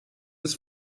des